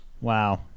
Wow